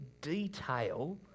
detail